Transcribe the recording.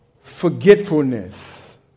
forgetfulness